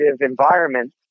environment